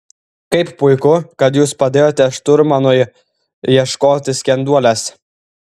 kaip puiku kad jūs padėjote šturmanui ieškoti skenduolės